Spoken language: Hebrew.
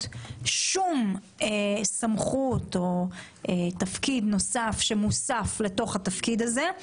שום סמכות או תפקיד נוסף שמוסף לתוך התפקיד הזה,